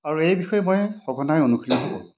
আৰু এই বিষয়ে মই সঘনাই অনুশীলনো কৰোঁ